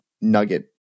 nugget